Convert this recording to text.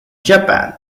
japan